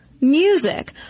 music